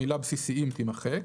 המילה "בסיסיים" תימחק,